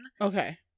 Okay